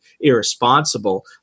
irresponsible